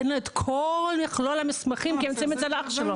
אין לו כל מכלול המסמכים כי הם נמצאים אצל אח שלו.